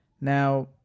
Now